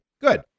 good